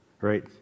right